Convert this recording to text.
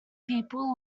people